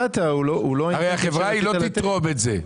הרי החברה לא תתרום את זה.